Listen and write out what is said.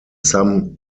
some